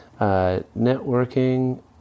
Networking